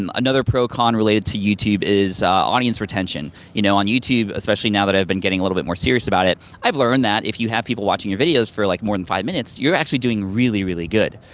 and another pro con related to youtube is audience retention. you know, on youtube, especially now that i've been getting a little more serious about it, i've learned that if you have people watching your videos for like, more than five minutes, you're actually doing really really good.